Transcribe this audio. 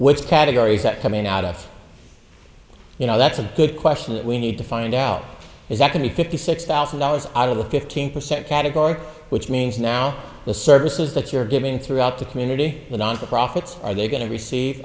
which categories that coming out of you know that's a good question that we need to find out is that can be fifty six thousand dollars out of the fifteen percent category which means now the services that you're giving throughout the community the nonprofits are gay going to receive